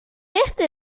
este